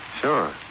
Sure